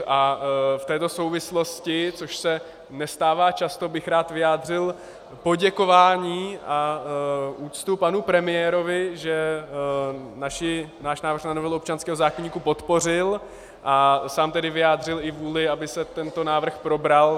A v této souvislosti, což se nestává často, bych rád vyjádřil poděkování a úctu panu premiérovi, že náš návrh na novelu občanského zákoníku podpořil a sám tedy vyjádřil i vůli, aby se tento návrh probral.